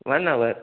one hour